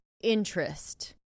interest